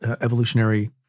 evolutionary